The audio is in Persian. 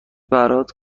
برات